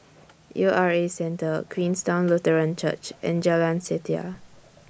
U R A Centre Queenstown Lutheran Church and Jalan Setia